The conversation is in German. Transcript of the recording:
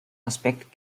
aspekt